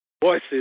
Voices